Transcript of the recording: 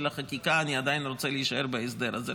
החקיקה אני עדיין רוצה להישאר בהסדר הזה,